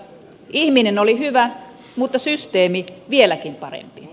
ihminen oli hyvä mutta systeemi vieläkin parempi